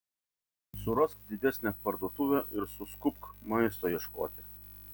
surask didesnę parduotuvę ir suskubk maisto ieškoti